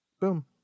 Boom